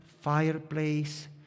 fireplace